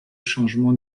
changements